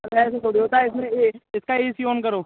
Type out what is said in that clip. अरे ऐसे थोड़ी होता है इसमें यह इसका एसी ओन करो